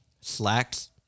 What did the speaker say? slacks